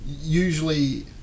usually